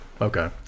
Okay